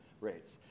rates